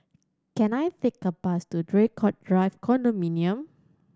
can I take a bus to Draycott Drive Condominium